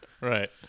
Right